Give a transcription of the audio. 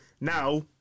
now